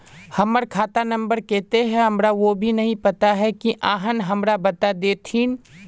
हमर खाता नम्बर केते है हमरा वो भी नहीं पता की आहाँ हमरा बता देतहिन?